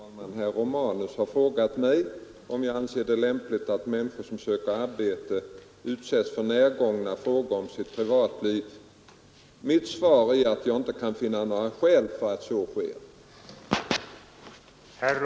Herr talman! Herr Romanus har frågat mig om jag anser det lämpligt att människor som söker arbete utsätts för närgångna frågor om sitt privatliv. Mitt svar är att jag inte kan finna några skäl för att så sker.